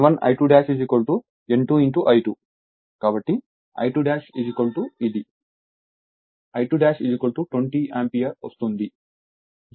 కాబట్టిI2 20 ampere లభిస్తుంది 0